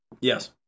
Yes